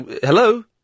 Hello